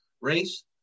race